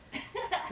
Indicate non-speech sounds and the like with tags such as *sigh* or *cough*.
*laughs*